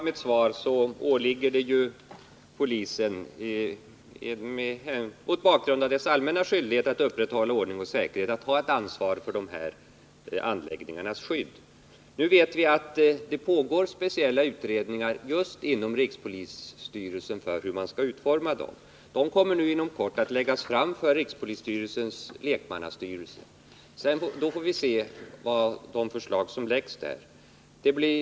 Herr talman! Som jag sade i mitt svar åligger det, mot bakgrund av dess allmänna skyldighet att upprätthålla ordning och säkerhet, polisen att ha ansvaret för dessa anläggningars skydd. Vi vet att det pågår speciella utredningar inom just rikspolisstyrelsen om hur detta skydd skall utformas. Utredningarna kommer inom kort att läggas fram för rikspolisstyrelsens lekmannastyrelse. Vi får då se vilka förslag som läggs fram.